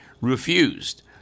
refused